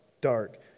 dark